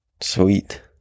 Sweet